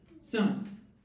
son